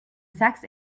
sex